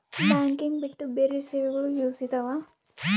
Banking ಬಿಟ್ಟು ಬೇರೆ ಸೇವೆಗಳು ಯೂಸ್ ಇದಾವ?